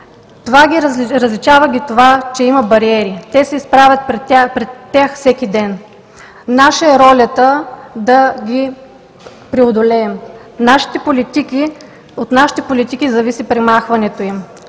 ги това, че има бариери. Те се изправят пред тях всеки ден. Наша е ролята да ги преодолеем. От нашите политики зависи премахването им.